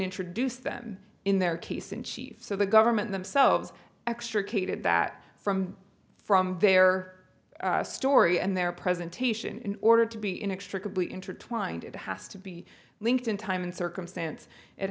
introduce them in their case in chief so the government themselves extricated that from from their story and their presentation in order to be inextricably intertwined it has to be linked in time and circumstance it